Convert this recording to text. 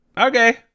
okay